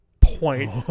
point